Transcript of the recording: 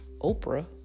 Oprah